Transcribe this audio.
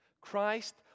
Christ